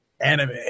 anime